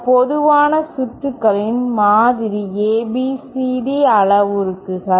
சில பொதுவான சுற்றுகளின் மாதிரி ABCD அளவுருக்கள்